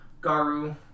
garu